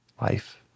life